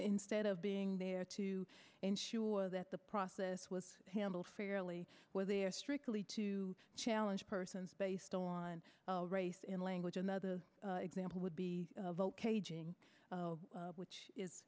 instead of being there to ensure that the process was handled fairly where there strictly to challenge persons based on race in language another example would be vote caging which is